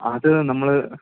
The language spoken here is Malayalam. അതു നമ്മള്